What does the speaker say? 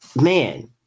man